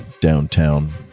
downtown